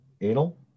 anal